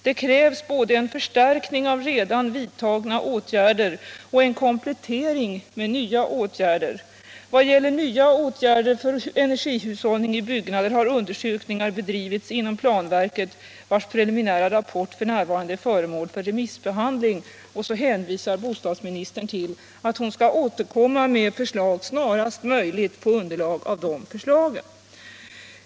Det krävs både en förstärkning av redan vidtagna åtgärder och en komplettering med nya åtgärder. Vad gäller nya åtgärder för energihushållning i byggnader har undersökningar bedrivits inom planverket, vars preliminära rapport f.n. är föremål för remissbehandling.” Sedan hänvisar bostadsministern till att hon snarast möjligt skall återkomma med förslag på grundval av rapporten.